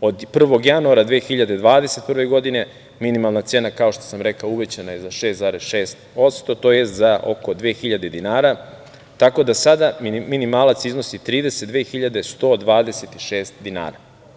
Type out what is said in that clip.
od 1. januara 2021. godine minimalna cena, kao što sam rekao uvećana je za 6,6% tj. za oko 2.000 dinara, tako da sada minimalac iznosi 32.126 dinara.